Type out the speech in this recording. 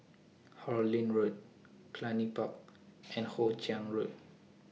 Harlyn Road Cluny Park and Hoe Chiang Road